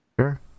Sure